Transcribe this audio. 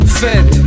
fed